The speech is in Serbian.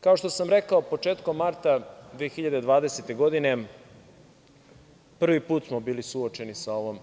Kao što sam rekao, početkom marta 2020. godine prvi put smo bili suočeni sa ovom